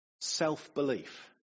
self-belief